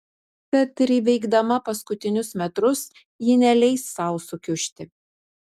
tad ir įveikdama paskutinius metrus ji neleis sau sukiužti